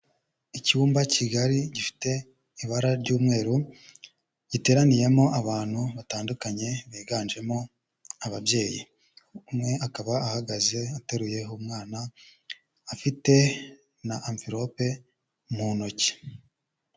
Icyumba kigari gifite ibara ry'umweru, giteraniyemo abantu batandukanye biganjemo ababyeyi, umwe akaba ahagaze ateruye umwana afite na anvelope mu ntoki.